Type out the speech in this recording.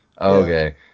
Okay